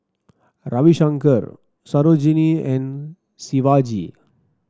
Ravi Shankar Sarojini and Shivaji